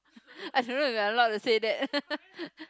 I don't know if we are allowed to say that